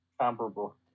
comparable